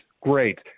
great